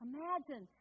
Imagine